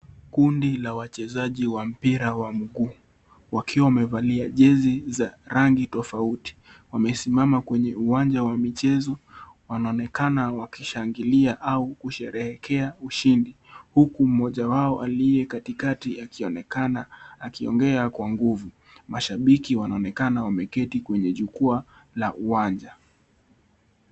Kundi la wachezaji wa mpira wa mguu wakiwa wamevalia jezi za rangi tofauti wamesimama kwenye uwanja wa michezo wanaonekana wakishangilia au kusherekea ushindi huku mmoja wao aliye katikati akionekana akiongea kwa nguvu mashabiki wanaonekana wameketi kwenye jukwaa la uwanja.